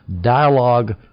dialogue